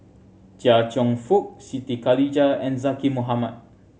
Chia Cheong Fook Siti Khalijah and Zaqy Mohamad